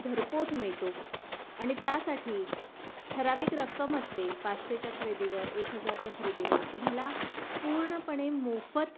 घरपोच मिळतो आणि त्यासाठी ठराविक रक्कम असते पाचशेच्या खरेदीवर एक हजारच्या खरेदीवर तुम्हाला पूर्णपणे मोफत